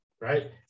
right